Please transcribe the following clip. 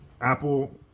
Apple